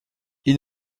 ils